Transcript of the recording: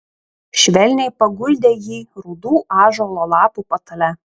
švelniai paguldė jį rudų ąžuolo lapų patale